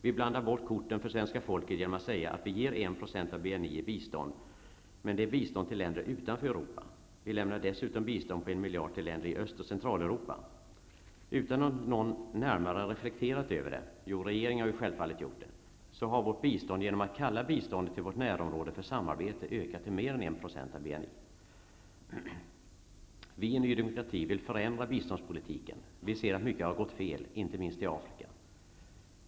Vi blandar bort korten för svenska folket genom att säga att vi ger 1 % av BNI i bistånd. Det gäller emellertid bistånd till länder utanför Europa. Vi lämnar ju dessutom bistånd på 1 miljard till länder i Öst och Centraleuropa. Utan att någon närmare har reflekterat över det -- regeringen har självfallet gjort det -- har vårt bistånd till vårt närområde, genom att det kallas för samarbete, ökat till mer än Vi i Ny demokrati vill förändra biståndspolitiken. Vi ser att mycket har gått fel, inte minst i Afrika.